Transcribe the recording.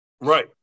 Right